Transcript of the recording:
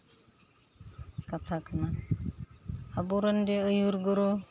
ᱠᱟᱛᱷᱟ ᱠᱟᱱᱟ ᱟᱵᱚᱨᱮᱱ ᱡᱮ ᱟᱹᱭᱩᱨ ᱜᱩᱨᱩ